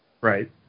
right